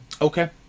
Okay